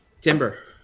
Timber